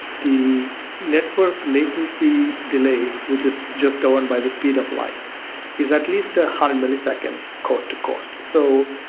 the network latency delay which is just going by the speed of light is at least a hundred milliseconds coast to coast. so,